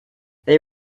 they